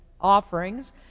offerings